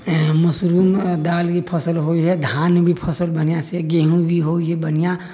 mushroom दालि के फसल होइए धान भी फसल बढ़िऑं से गेहूँ भी होइए बढ़िऑं